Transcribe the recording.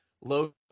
low